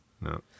No